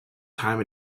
time